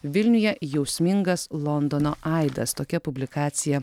vilniuje jausmingas londono aidas tokia publikacija